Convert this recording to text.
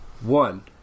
one